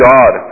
God